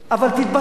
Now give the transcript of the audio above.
אבל תתבטא,